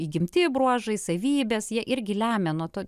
įgimti bruožai savybės jie irgi lemia nuo